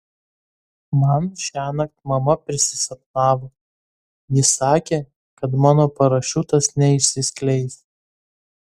man šiąnakt mama prisisapnavo ji sakė kad mano parašiutas neišsiskleis